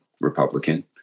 Republican